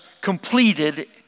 completed